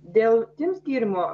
dėl tims tyrimo